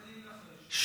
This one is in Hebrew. תן לי לנחש: בלבלו אותם.